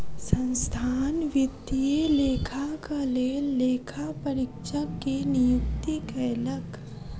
संस्थान वित्तीय लेखाक लेल लेखा परीक्षक के नियुक्ति कयलक